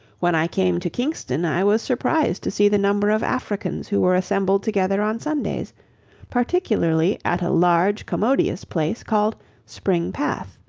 when i came to kingston, i was surprised to see the number of africans who were assembled together on sundays particularly at a large commodious place, called spring path.